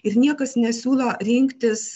ir niekas nesiūlo rinktis